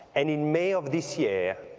and in may of this year,